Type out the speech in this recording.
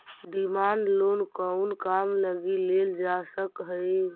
Demand loan कउन काम लगी लेल जा सकऽ हइ?